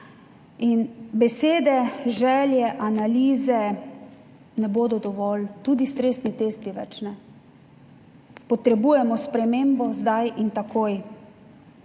In besede, želje, analize ne bodo dovolj tudi stresni testi več ne. Potrebujemo spremembo zdaj in takoj.